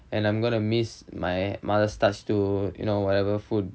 and I'm going to miss my mother's start to you know whatever food